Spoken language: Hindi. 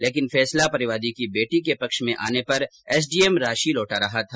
लेकिन फैसला परिवादी की बेटी के पक्ष में आने पर एसडीएम राशि लौटा रहा था